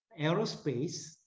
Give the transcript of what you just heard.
aerospace